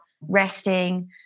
resting